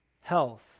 health